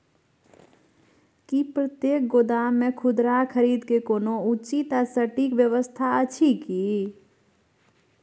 की प्रतेक गोदाम मे खुदरा खरीद के कोनो उचित आ सटिक व्यवस्था अछि की?